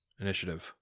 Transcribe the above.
Initiative